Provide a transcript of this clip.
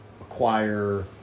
acquire